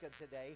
today